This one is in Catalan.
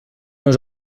les